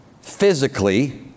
physically